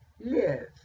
live